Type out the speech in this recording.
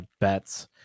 bets